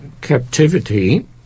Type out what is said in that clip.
captivity